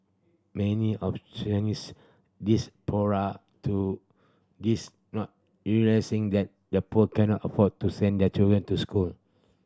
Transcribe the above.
many of Chinese diaspora to this not realising that the poor cannot afford to send their children to school